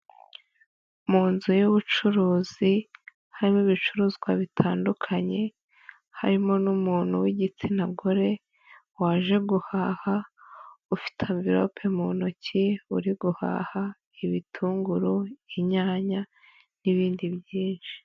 Mu nzu y'ubucuruzi harimo ibicuruzwa bitandukanye, harimo n'umuntu w'igitsina gore waje guhaha ufite anvirope mu ntoki uri guhaha ibitunguru, inyanya n'ibindi byinshi.